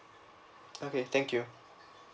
okay thank you